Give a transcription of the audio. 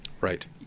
Right